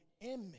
image